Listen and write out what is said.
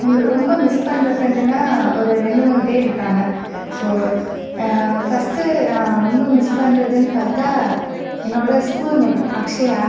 ரொம்ப மிஸ் பண்ணுற ஃப்ரெண்டுனா ஒரு ரெண்டு மூணு பேர் இருக்காங்க சோ ஃபர்ஸ்ட் நான் ரொம்ப மிஸ் பண்ணுறதுனு பார்த்தா என்னோடய ஸ்கூல் மேட் அக்ஷயா